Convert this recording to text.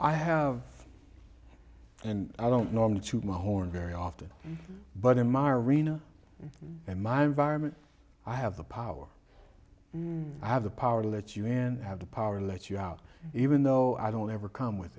i have and i don't normally chew my horn very often but in my arena and my environment i have the power and i have the power to let you in have the power let you out even though i don't ever come with